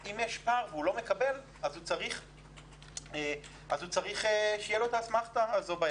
אם יש פער והוא לא מקבל אז הוא צריך שתהיה לו אסמכתה ביד.